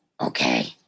Okay